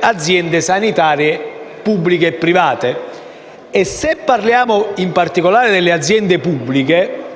aziende sanitarie pubbliche e private. Se parliamo in particolare delle aziende pubbliche,